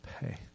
pay